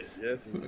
Yes